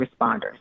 responders